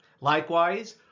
Likewise